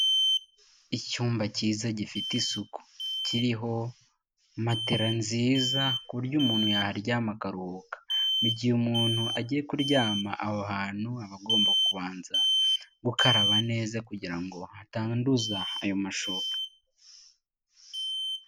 Icyumba cyiza gifite isuku, kiriho matera nziza ku buryo umuntu yaharyama akaruhuka, mu gihe umuntu agiye kuryama aho hantu aba agomba kubanza gukaraba neza kugira ngo hatanduza ayo mashuka.